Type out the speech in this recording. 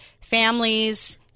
families